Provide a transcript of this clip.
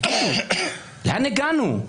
לאן הגענו?